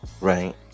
Right